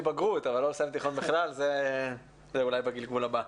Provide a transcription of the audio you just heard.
בגרות אבל לא לסיים תיכון בכלל זה אולי בגלגול הבא.